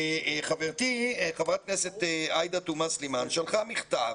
חברתי חברת הכנסת עאידה תומא סלימאן שלחה מכתב